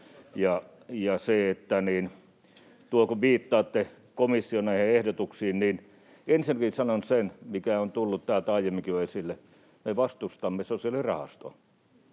johtuvat. Kun viittaatte näihin komission ehdotuksiin, ensinnäkin sanon sen, mikä on tullut täältä jo aiemminkin esille: Me vastustamme sosiaalirahastoa.